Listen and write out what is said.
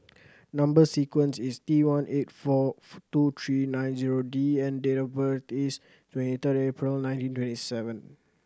number sequence is T one eight four two three nine zero D and date of birth is twenty third April nineteen twenty seven